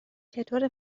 چطوره